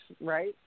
right